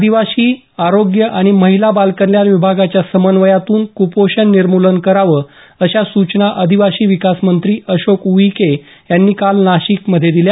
आदिवासी आरोग्य आणि महिला बालकल्याण विभागाच्या समन्वयातून कुपोषण निर्मूलन करावं अशा सूचना आदिवासी विकास मंत्री अशोक उईके यांनी काल नाशिक मध्ये दिल्या